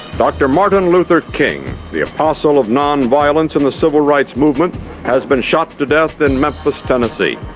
dr martin luther king, the apostle of nonviolence in the civil rights movement has been shot to to death in memphis tennessee.